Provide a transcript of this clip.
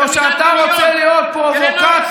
או שאתה רוצה להיות פרובוקטור.